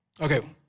Okay